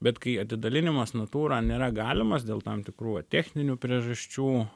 bet kai atidalinimas natūra nėra galimas dėl tam tikrų va techninių priežasčių